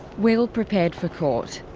will prepared for court.